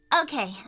Okay